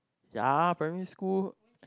yeah primary school